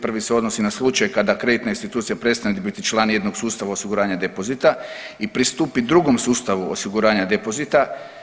Prvi se odnosi na slučaj kada kreditna institucija prestane biti član jednog sustava osiguranja depozita i pristupi drugom sustavu osiguranja depozita.